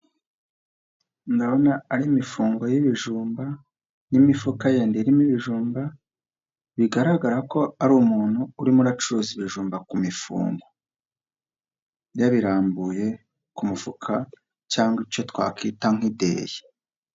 Ndabona ari imifungo y'ibijumba, n'imifuka yenda irimo ibijumba, bigaragara ko ari umuntu urimo acuruza ibijumba ku mifungo; yabirambuye ku mufuka, cyangwa icyo twakwita nk'ideye.